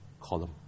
column